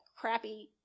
crappy